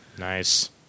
nice